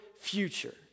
future